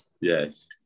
Yes